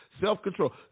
Self-control